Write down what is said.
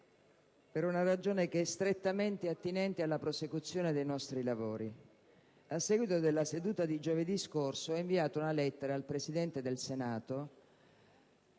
per una ragione strettamente attinente alla prosecuzione dei nostri lavori. A seguito della seduta di giovedì scorso, ho inviato una lettera al Presidente del Senato,